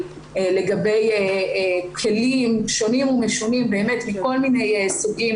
לגבי כלים שונים ומשונים מכל מיני סוגים,